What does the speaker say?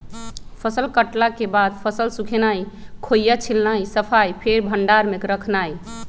फसल कटला के बाद फसल सुखेनाई, खोइया छिलनाइ, सफाइ, फेर भण्डार में रखनाइ